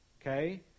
okay